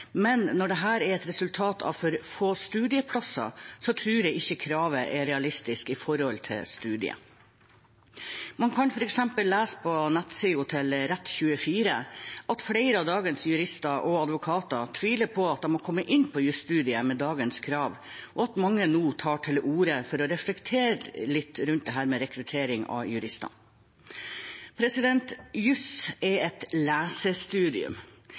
men når dette er et resultat av for få studieplasser, tror jeg ikke kravet er realistisk i forhold til studiet. Man kan f.eks. lese på nettsiden Rett24 at flere av dagens jurister og advokater tviler på at de hadde kommet inn på jusstudiet med dagens krav, og at mange nå tar til orde for å reflektere litt rundt rekrutteringen av jurister. Juss er et lesestudium.